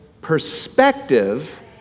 perspective